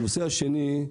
הנושא השני,